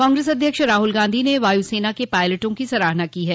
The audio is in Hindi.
कांग्रेस अध्यक्ष राहुल गांधी ने वायुसेना के पायलटों की सराहना की है